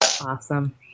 Awesome